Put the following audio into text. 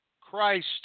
Christ